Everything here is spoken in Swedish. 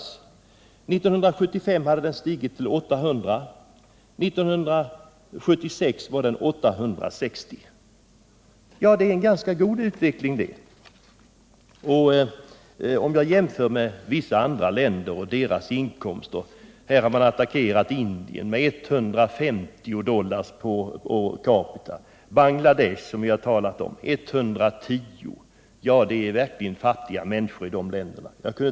1975 hade den stigit till 800 dollar, medan den 1976 var uppe i 860 dollar. Det är en ganska god utveckling. Jag kan jämföra inkomsten i Cuba med inkomsterna i vissa andra länder. Här har man attackerat Indien, som har en årsinkomst på 150 dollar per capita. I Bangladesh, som vi också har talat om, är inkomsten 110 dollar per capita. I dessa länder är människorna verkligen fattiga.